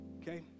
Okay